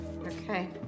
Okay